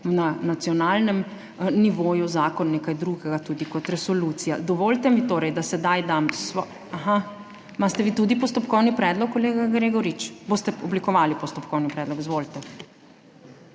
na nacionalnem nivoju zakon nekaj drugega kot resolucija. Dovolite mi torej, da sedaj dam ... Aha, imate vi tudi postopkovni predlog, kolega Gregorič? Boste oblikovali postopkovni predlog? Izvolite.